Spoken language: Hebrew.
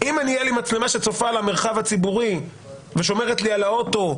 אם תהיה לי מצלמה שצופה על המרחב הציבורי ושומרת לי על האוטו,